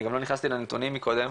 אני גם לא נכנסתי לנתונים מקודם,